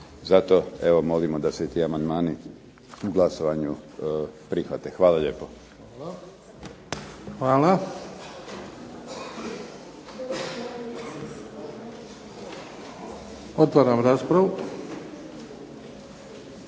Zato evo molimo da se ti amandmani u glasovanju prihvate. Hvala lijepo. **Bebić, Luka